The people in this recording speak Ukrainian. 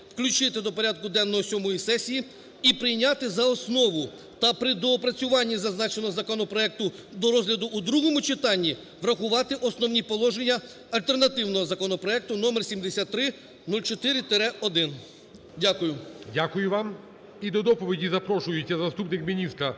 включити до порядку денного сьомої сесії і прийняти за основу та при доопрацюванні зазначеного законопроекту до розгляду у другому читанні врахувати основні положення альтернативного законопроекту (№ 7304-1). Дякую. ГОЛОВУЮЧИЙ. Дякую вам. І до доповіді запрошується заступник міністра